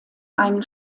einen